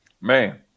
Man